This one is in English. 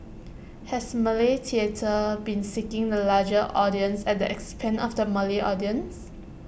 has Malay theatre been seeking the larger audience at the expense of the Malay audience